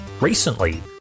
Recently